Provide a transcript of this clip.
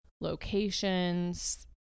locations